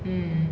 mm